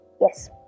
Yes